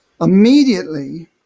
Immediately